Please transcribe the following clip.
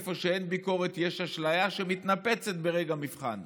איפה שאין ביקורת יש אשליה שמתנפצת ברגע מבחן.